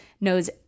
knows